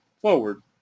forward